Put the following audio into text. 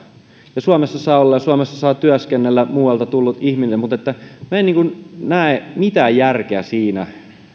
suomessa saa olla ja suomessa saa työskennellä muualta tullut ihminen mutta en näe mitään järkeä siinä